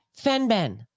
Fenben